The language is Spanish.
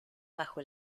bajo